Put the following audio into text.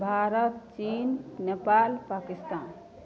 Bharat Cheen Nepal Pakistan